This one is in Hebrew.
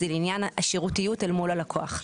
זה עניין השירותיות אל מול הלקוח.